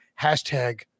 Hashtag